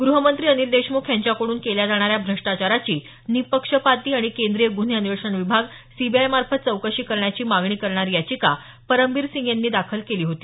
ग्रहमंत्री अनिल देशमुख यांच्याकडून केल्या जाणाऱ्या भ्रष्टाचाराची निःपक्षपाती आणि केंद्रीय गन्हे अन्वेषण विभाग सीबीआयमार्फत चौकशी करण्याची मागणी करणारी याचिका परमबीर सिंग यांनी दाखल केली होती